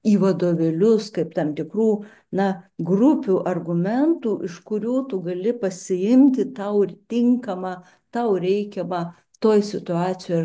į vadovėlius kaip tam tikrų na grupių argumentų iš kurių tu gali pasiimti tau tinkamą tau reikiamą toj situacijoj